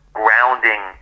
grounding